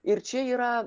ir čia yra